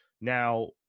Now